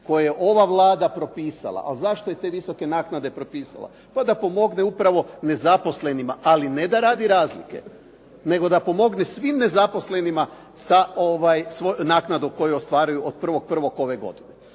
Koje je ova Vlada propisala. Ali zašto je te visoke naknade propisala? Pa da pomogne upravo nezaposlenima. Ali ne da radi razlike nego da pomogne svim nezaposlenima sa naknadom koju ostvaruju od 1. 1. ove godine.